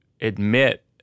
admit